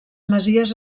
masies